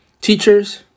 teachers